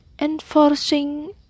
enforcing